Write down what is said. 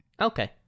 Okay